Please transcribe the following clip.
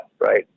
right